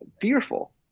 fearful